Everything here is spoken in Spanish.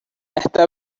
esta